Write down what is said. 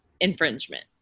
infringement